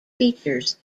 features